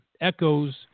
echoes